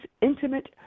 intimate